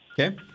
Okay